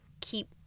keep